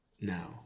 Now